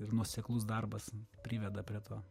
ir nuoseklus darbas priveda prie to